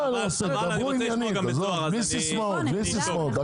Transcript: דברו עניינית, בלי סיסמאות.